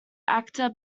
actor